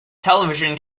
television